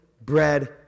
bread